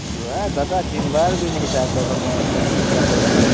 କୁହ ଦାଦା ଚିହିଁବାର୍ ବି ନାଇଁ ଦେଖନ ଆଜିକାଲ ଦୁକାନ୍ ଦେଲାକେ